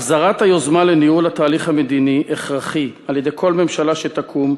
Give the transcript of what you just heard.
החזרת היוזמה לניהול התהליך המדיני הכרחית על-ידי כל ממשלה שתקום,